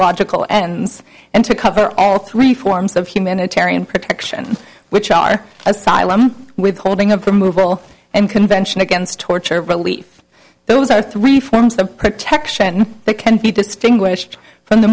logical ends and to cover all three forms of humanitarian protection which are asylum with the holding of the movable and convention against torture relief those are three forms the protection that can be distinguished from the